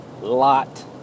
lot